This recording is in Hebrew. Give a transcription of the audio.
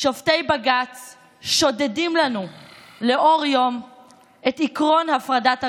שופטי בג"ץ שודדים לנו לאור יום את עקרון הפרדת הרשויות,